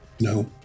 No